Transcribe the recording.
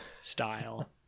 style